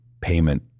payment